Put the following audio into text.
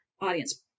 audience